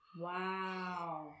Wow